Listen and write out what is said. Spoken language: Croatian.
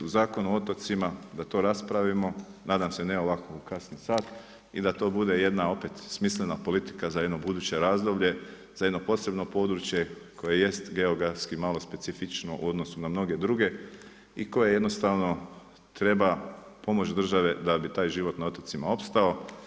Zakon o otocima, da to raspravimo, nadam se ne ovako u kasni sat i da to bude jedna opet smislena politika za jedno buduće razdoblje, za jedno posebno područje koje jest geografski malo specifično u odnosu na mnoge druge i koja jednostavno treba pomoć države da bi taj život na otocima opstao.